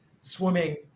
swimming